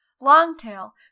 Longtail